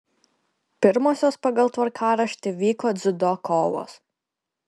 pirmosios pagal tvarkaraštį vyko dziudo kovos